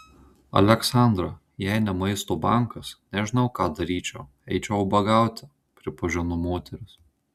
aleksandra jei ne maisto bankas nežinau ką daryčiau eičiau ubagauti pripažino moteris